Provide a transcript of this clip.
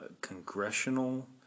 congressional